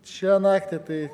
šią naktį tai